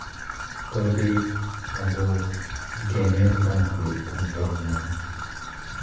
ᱠᱟᱹᱣᱰᱤ ᱟᱵᱚ ᱜᱮᱢᱮᱨ ᱵᱟᱝ ᱦᱩᱭᱩᱜ ᱠᱟᱱ ᱛᱟᱵᱳᱱᱟ